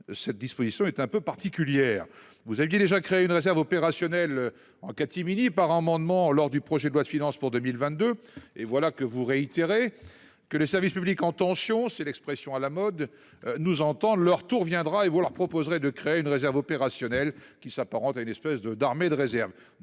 Cette disposition est un peu particulière. Vous aviez déjà créé une réserve opérationnelle en catimini par amendement lors du projet de loi de finances pour 2022 et voilà que vous réitérer que le service public en tension. C'est l'expression à la mode nous entend leur tour viendra et vous leur proposerait de créer une réserve opérationnelle qui s'apparente à une espèce de d'armée de réserve